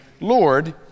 Lord